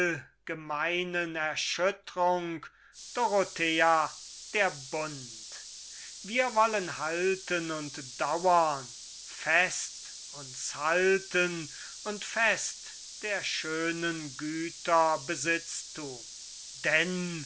allgemeinen erschüttrung dorothea der bund wir wollen halten und dauern fest uns halten und fest der schönen güter besitztum denn